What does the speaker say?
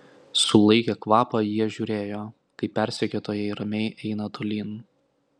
sulaikę kvapą jie žiūrėjo kaip persekiotojai ramiai eina tolyn